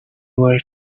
were